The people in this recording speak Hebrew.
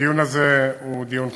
הדיון הזה הוא דיון חשוב,